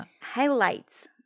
highlights